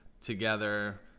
together